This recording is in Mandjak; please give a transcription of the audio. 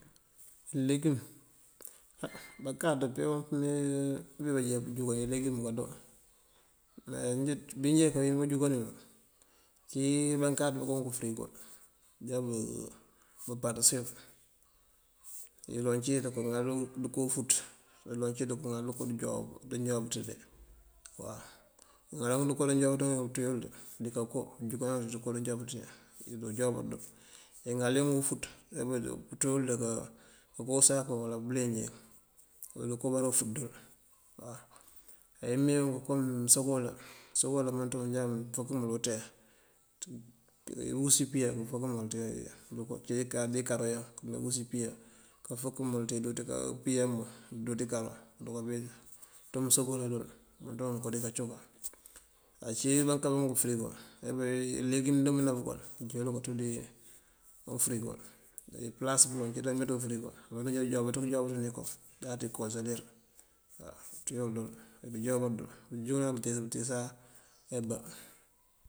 Ileegum, á bákáaţ peewun pëëme bibáajee búnkajúkan ileengum búunkáado. me bíinjee káawín báanjúnkáyël, ţíi mbáankáaţ bunkunk fëërigo. Bëënjáabú búunpáţësiyël. Iloŋ cí ndoonko ŋalëyunk ndoonko ufúuţ, nduloŋ cí ndoonko ŋalëyunk ndoonko dúnjowabëţ ndáanjowabëţëdí waw. Ŋálëyunk ndoonko ndáanjowabëţul ţúyël dí káanko júkanan ţëënko ndáanjowabëţëdí. Iŋalëyunk ufúuţ pëënţúyël dinka busaanku, uwala bëëleenj yul koobáará ufúuţ dul waw. Ayí meeyunk koom mëësobeela, mëësobeela mëënţëmun jáaţ fëënkëmël dí unţuye. Dindúuţ piya, dí ikáaro iyan, dindúuţ piya këëfemël dí dúuţ piyamël dí dúuţ ikaaro, këënţú mëësobela udonk dikacoka. Ací baankámbunk fëërigo, ayime ileegum dëëmb ná búnkël, jáanon këëţuyëlërël dí ufëërigo. Dí pëlas pëloŋ dí bameenţu fëërigo, dundejá dëënjowabëţin këëjowabëţin iko; jáaţ ikoongëlir waw. Këëţuyël dul, bí jowabëţël dul. Bëënjuŋa bëëntíis bëëntíis aa yíibá.